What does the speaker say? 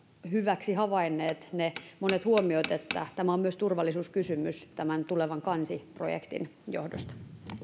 hyviksi havainneet ne monet huomiot että tämä on myös turvallisuuskysymys tämän tulevan kansi projektin johdosta